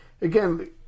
again